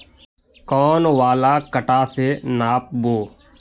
कौन वाला कटा से नाप बो?